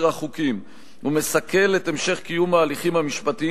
החוקים ומסכל את המשך קיום ההליכים המשפטיים